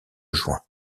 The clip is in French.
juin